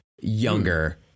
younger